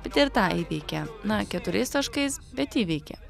bet ir tą įveikė na keturiais taškais bet įveikė